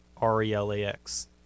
R-E-L-A-X